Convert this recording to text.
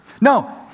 No